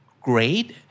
great